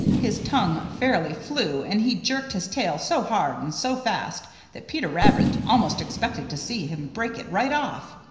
his tongue fairly flew and he jerked his tail so hard and so fast that peter rabbit almost expected to see him break it right off.